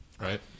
Right